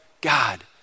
God